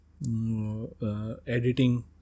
editing